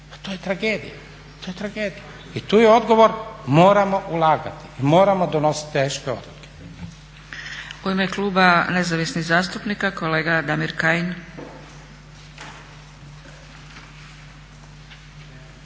to je tragedija. I tu je odgovor moramo ulagati, moramo donositi teške odluke.